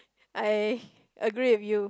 I agree with you